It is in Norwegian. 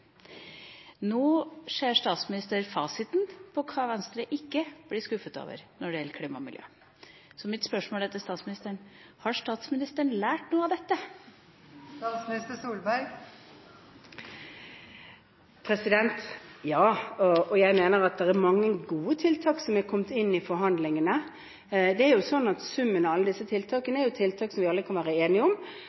Nå ser statsministeren fasiten på hva Venstre ikke blir skuffet over når det gjelder klima og miljø. Så mitt spørsmål til statsministeren er: Har statsministeren lært noe av dette? Ja. Jeg mener at det er mange gode tiltak som er kommet inn i forhandlingene. Summen av alle disse tiltakene er ting vi alle kan være enige om,